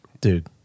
dude